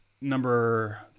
number